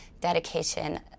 dedication